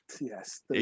yes